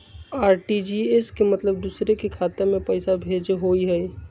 RTGS के मतलब दूसरे के खाता में पईसा भेजे होअ हई?